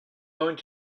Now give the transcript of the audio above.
going